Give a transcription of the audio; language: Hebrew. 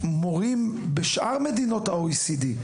מורים בשאר מדינות ה-OECD,